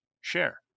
share